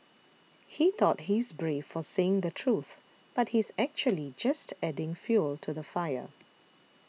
he thought he's brave for saying the truth but he's actually just adding fuel to the fire